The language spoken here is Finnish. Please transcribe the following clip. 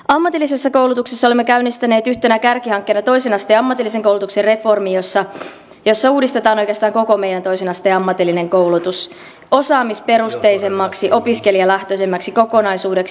ammatillisessa koulutuksessa olemme käynnistäneet yhtenä kärkihankkeena toisen asteen ammatillisen koulutuksen reformin jossa uudistetaan oikeastaan koko meidän toisen asteen ammatillinen koulutus osaamisperusteisemmaksi opiskelijalähtöisemmäksi kokonaisuudeksi